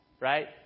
right